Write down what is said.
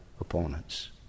opponents